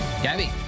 Gabby